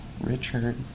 Richard